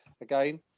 again